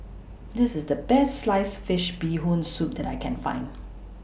This IS The Best Sliced Fish Bee Hoon Soup that I Can Find